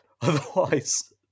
Otherwise